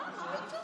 לא לא לא.